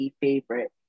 favorite